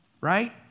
right